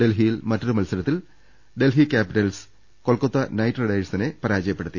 ഡൽഹിയിൽ മറ്റൊരു മത്സരത്തിൽ ഡൽഹിയ ക്യാപ്പിറ്റൽസ് കൊൽക്കത്ത നൈറ്റ് റൈഡേഴ്സിനെ പരാജയപ്പെടുത്തി